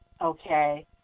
okay